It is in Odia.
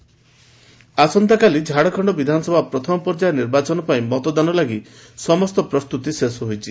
ଝାଡଖଣ୍ଡ ଇଲେକ୍ସନ୍ ଆସନ୍ତାକାଲି ଝାଡ଼ଖଣ୍ଡ ବିଧାନସଭା ପ୍ରଥମ ପର୍ଯ୍ୟାୟ ନିର୍ବାଚନ ପାଇଁ ମତଗ୍ରହଣ ସମସ୍ତ ପ୍ରସ୍ତୁତି ଶେଷ ହୋଇଛି